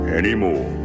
anymore